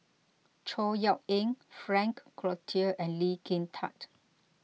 Chor Yeok Eng Frank Cloutier and Lee Kin Tat